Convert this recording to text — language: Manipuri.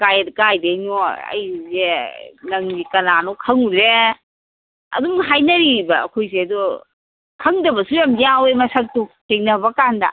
ꯀꯥꯏꯗꯩꯅꯣ ꯑꯩꯁꯦ ꯅꯪꯁꯦ ꯀꯅꯥꯅꯣ ꯈꯪꯉꯨꯗ꯭ꯔꯦ ꯑꯗꯨꯝ ꯍꯥꯏꯅꯔꯤꯕ ꯑꯩꯈꯣꯏꯁꯦ ꯑꯗꯣ ꯈꯪꯗꯕꯁꯨ ꯌꯥꯝ ꯌꯥꯎꯋꯦ ꯃꯁꯛꯁꯨ ꯊꯦꯡꯅꯕ ꯀꯥꯟꯗ